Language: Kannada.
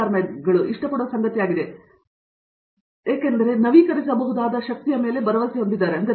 ಚಕ್ರವರ್ತಿ ವಿಂಡ್ ಟರ್ಬೈನ್ಗಳು ಇಷ್ಟಪಡುವ ಸಂಗತಿಯಾಗಿದೆ ಏಕೆಂದರೆ ನವೀಕರಿಸಬಹುದಾದ ಶಕ್ತಿಯ ಮೇಲೆ ಭರವಸೆ ಹೊಂದಿದ್ದಾರೆ ಹೌದು